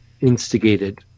instigated